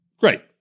Great